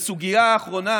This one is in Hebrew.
והסוגיה האחרונה,